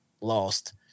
lost